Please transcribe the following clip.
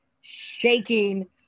shaking